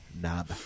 knob